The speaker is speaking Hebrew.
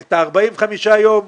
את ה-45 ימים,